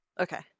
Okay